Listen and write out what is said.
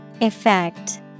Effect